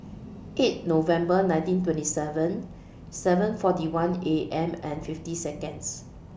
eight November nineteen twenty seven seven forty one A M and fifty Seconds